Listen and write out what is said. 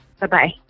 Bye-bye